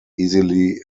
easily